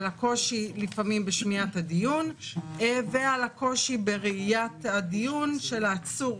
על הקושי לפעמים בשמיעת הדיון ועל הקושי בראיית הדיון של העצור,